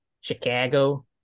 Chicago